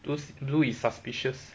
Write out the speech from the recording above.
those blue is suspicious